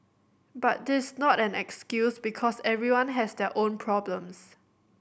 but this not an excuse because everyone has their own problems